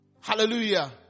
hallelujah